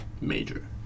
major